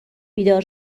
بیدار